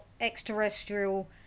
Extraterrestrial